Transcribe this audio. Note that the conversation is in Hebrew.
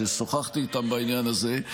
ששוחחתי איתם בעניין הזה,